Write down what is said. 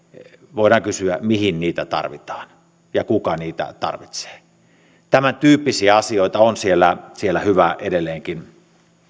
voidaan kysyä mihin niitä tarvitaan ja kuka niitä tarvitsee tämäntyyppisiä asioita on siellä siellä hyvä edelleenkin